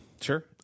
Sure